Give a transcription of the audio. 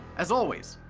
as always,